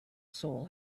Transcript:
soul